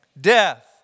Death